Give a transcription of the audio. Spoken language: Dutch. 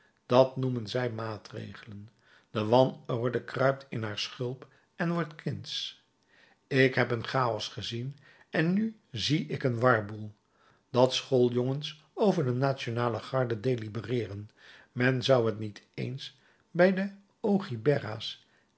dat noemen zij maatregelen de wanorde kruipt in haar schulp en wordt kindsch ik heb een chaos gezien en nu zie ik een warboel dat schooljongens over de nationale garde delibereeren men zou t niet eens bij de